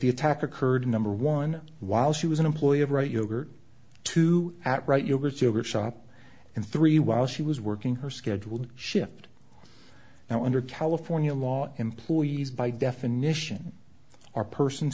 the attack occurred number one while she was an employee of right yogurt two at right yogurt yogurt shop and three while she was working her scheduled shift now under california law employees by definition are persons